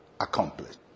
accomplished